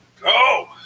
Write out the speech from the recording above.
go